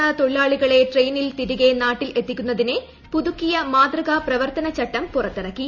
ഇതരസംസ്ഥാന തൊഴിലാളികളെ ട്രെയിനിൽ തിരികെ നാട്ടിൽ എത്തിക്കുന്നതിന് പുതുക്കിയ മാതൃകാ പ്രവർത്തന ചട്ടം പുറത്തിറക്കി